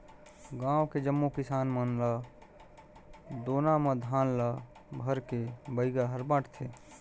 गांव के जम्मो किसान मन ल दोना म धान ल भरके बइगा हर बांटथे